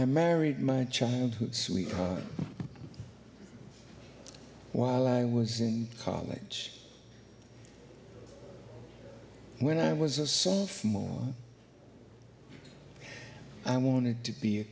i married my childhood sweetheart while i was in college when i was a sophomore i wanted to be a